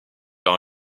par